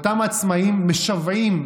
אותם עצמאים משוועים,